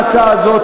ההצעה הזאת,